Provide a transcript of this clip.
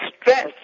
stress